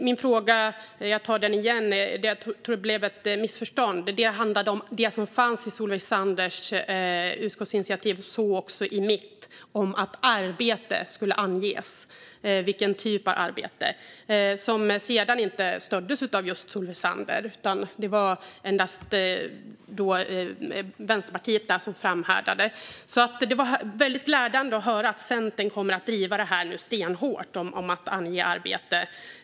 Herr talman! Jag tar min fråga igen - jag tror att det blev ett missförstånd. Det handlade om det som fanns i Solveig Zanders utskottsinitiativ och även i mitt, om att arbete skulle anges och vilken typ av arbete. Det stöddes sedan inte av just Solveig Zander, utan det var endast Vänsterpartiet som framhärdade. Det var väldigt glädjande att höra att Centern stenhårt kommer att driva detta om att ange arbete.